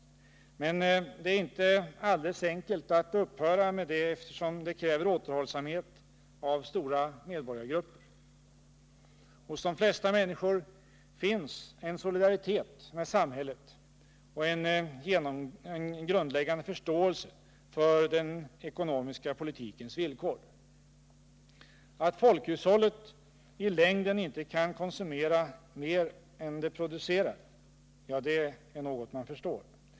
Men det är inte alldeles enkelt att upphöra med det, eftersom det kräver återhållsamhet av stora medborgargrupper. Hos de flesta människor finns en solidaritet med samhället och en grundläggande förståelse för den ekonomiska politikens villkor. Att folkhushållet i längden inte kan konsumera mer än det producerar — det är något man förstår.